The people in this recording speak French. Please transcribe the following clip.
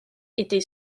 était